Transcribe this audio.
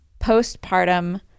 postpartum